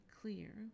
clear